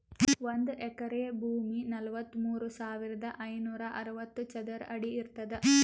ಒಂದ್ ಎಕರಿ ಭೂಮಿ ನಲವತ್ಮೂರು ಸಾವಿರದ ಐನೂರ ಅರವತ್ತು ಚದರ ಅಡಿ ಇರ್ತದ